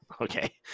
Okay